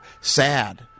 sad